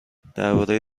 درباره